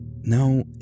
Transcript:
No